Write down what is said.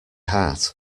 heart